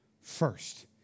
first